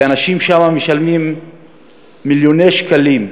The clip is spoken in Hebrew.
כי אנשים שם משלמים מיליוני שקלים.